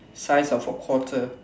size of a quarter